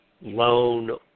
loan